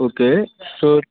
okay sure